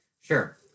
Sure